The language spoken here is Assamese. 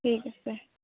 ঠিক আছে